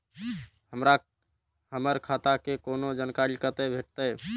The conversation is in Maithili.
हमरा हमर खाता के कोनो जानकारी कतै भेटतै?